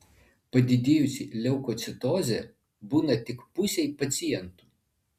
padidėjusi leukocitozė būna tik pusei pacientų